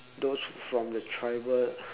those from the tribal